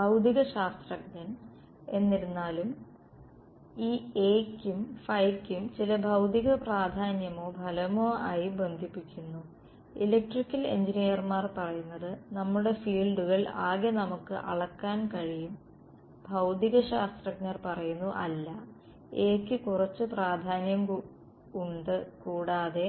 ഭൌതികശാസ്ത്രജ്ഞർ എന്നിരുന്നാലും ഈ A യ്ക്കും യ്ക്കുംചില ഭൌതിക പ്രാധാന്യമോ ഫലമോ ആയി ബന്ധിപ്പിക്കുന്നു ഇലക്ട്രിക്കൽ എഞ്ചിനീയർമാർ പറയുന്നത് നമ്മുടെ ഫീൽഡുകൾ അകെ നമുക്ക് അളക്കാൻ കഴിയും ഭൌതികശാസ്ത്രജ്ഞർ പറയുന്നു അല്ല A യ്ക്ക് കുറച്ച പ്രാധ്യാന്യം ഉണ്ട് കൂടാതെ